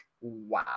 wow